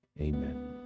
amen